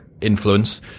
Influence